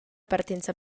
partenza